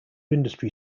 industry